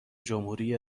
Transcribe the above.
جمهوری